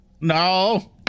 No